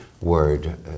word